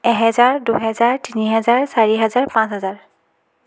এহেজাৰ দুহেজাৰ তিনিহেজাৰ চাৰিহেজাৰ পাঁচহেজাৰ